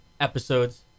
episodes